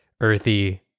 earthy